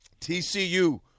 TCU